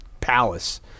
palace